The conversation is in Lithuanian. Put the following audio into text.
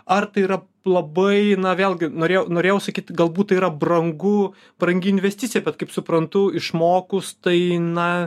ar tai yra labai na vėlgi norėjau norėjau sakyt galbūt tai yra brangu brangi investicija bet kaip suprantu išmokus tai na